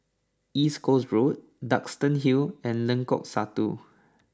East Coast Road Duxton Hill and Lengkok Satu